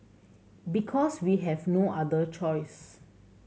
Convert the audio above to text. because we have no other choice